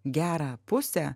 gerą pusę